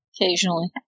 occasionally